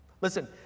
Listen